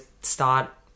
start